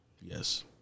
Yes